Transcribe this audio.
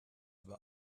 über